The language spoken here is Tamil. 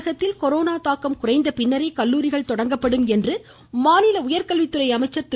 தமிழகத்தில் கொரோனா தாக்கம் குறைந்த பிறகே கல்லுாரிகள் தொடங்கப்படும் என மாநில உயர்கல்வித்துறை அமைச்சர் திரு